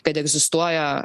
kad egzistuoja